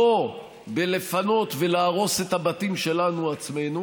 לא לפנות ולהרוס את הבתים שלנו עצמנו